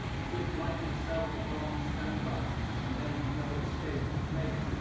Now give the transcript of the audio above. as if life itself had gone on standby and there'd be no escape to make.